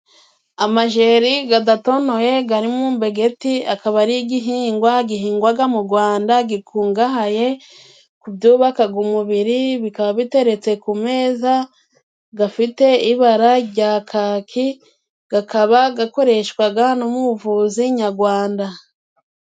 Amajeri gadatonoye gari mu mbegeti akaba ari igihingwa gihingwaga mu Gwanda gikungahaye ku byubakaga umubiri, bikaba biteretse ku meza. Gafite ibara ryakaki, kakaba gakoreshwaga no mu buvuzi nyagwanda.